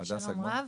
שלום רב,